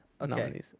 Okay